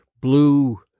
blue